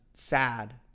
sad